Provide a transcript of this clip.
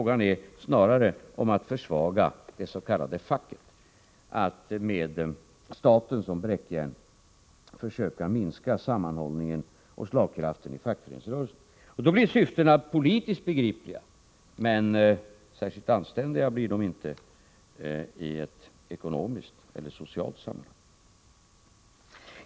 Det är snarare fråga om att försvaga det s.k. facket — att med staten som bräckjärn försöka minska sammanhållningen och slagkraften i fackföreningsrörelsen. Då blir syftena politiskt begripliga. Men särskilt anständiga blir de inte i ett ekonomiskt eller socialt sammanhang.